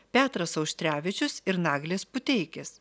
petras auštrevičius ir naglis puteikis